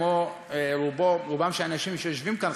כמו רובם של אנשים שיושבים כאן,